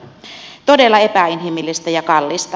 tämä on todella epäinhimillistä ja kallista